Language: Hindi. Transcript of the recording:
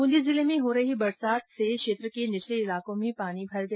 बूंदी जिले में हो रही बरसात से क्षेत्र के निचले इलाकों में पानी भर गया